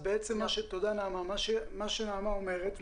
מה שנעמה אומרת,